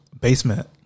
Basement